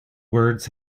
words